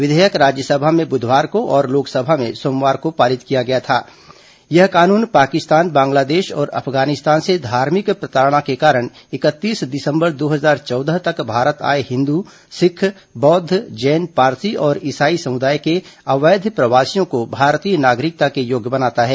विधेयक राज्यसभा में ब्धवार को और लोकसभा में सोमवार को पारित किया गया था यह कानून पाकिस्तान बांग्लादेश और अफगानिस्तान से धार्मिक प्रताड़ना के कारण इकतीस दिसम्बर दो हजार चौदह तक भारत आए हिन्दू सिख बौद्ध जैन पारसी और इसाई समुदाय के अवैध प्रवासियों को भारतीय नागरिकता के योग्य बनाता है